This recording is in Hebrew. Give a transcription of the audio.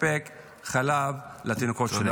לסיים את החודש ולא מצליחות לספק חלב לתינוקות שלהן.